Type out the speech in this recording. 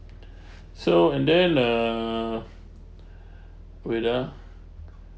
so and then uh wait ah